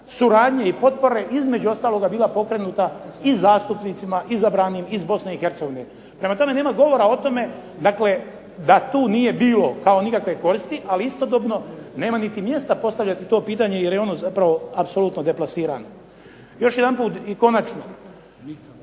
suradnje i potpore između ostaloga bila pokrenuta i zastupnicima izabranim iz BiH. Prema tome nema govora o tome da tu nije bilo kao nikakve koristi, ali istodobno nema niti mjesta postavljati to pitanje jer je ono zapravo apsolutno deplasirano. Još jedanput i konačno,